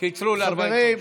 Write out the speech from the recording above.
קיצרו ל-45 יום.